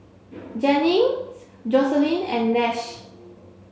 Jennings Joselyn and Nash